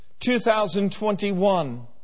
2021